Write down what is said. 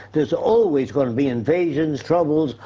there's always gonna be invasions, troubles,